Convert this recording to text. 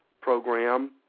program